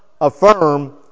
affirm